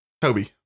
Toby